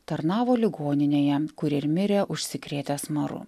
tarnavo ligoninėje kur ir mirė užsikrėtęs maru